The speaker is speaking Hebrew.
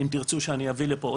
אם תרצו שאני אביא לפה,